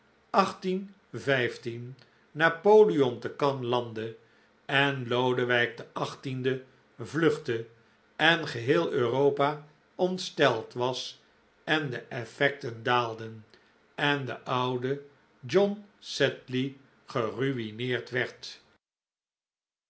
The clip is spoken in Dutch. napoleon te cannes landde en lodewijk xviii vluchtte en geheel europa ontsteld was en de effecten daalden en de oude john sedley gerui'neerd werd